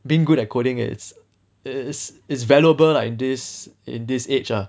being good at coding is is it's valuable lah in this in this age ah